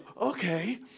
okay